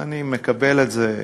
אני מקבל את זה,